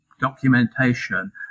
documentation